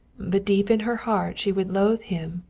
but deep in her heart she would loathe him,